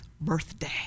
birthday